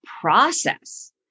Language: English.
process